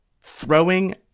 throwing